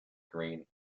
green